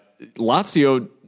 Lazio